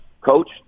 Coach